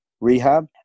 rehab